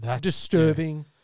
disturbing